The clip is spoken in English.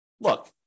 look